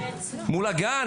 מול הגן?